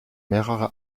mehrere